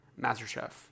MasterChef